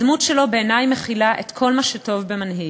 הדמות שלו, בעיני, מכילה את כל מה שטוב במנהיג.